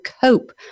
cope